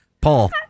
Paul